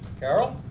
carol?